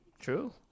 true